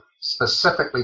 specifically